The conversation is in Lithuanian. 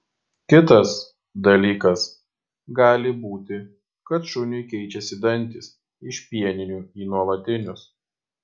kitas dalykas gali būti kad šuniui keičiasi dantys iš pieninių į nuolatinius